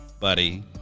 buddy